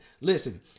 Listen